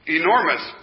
enormous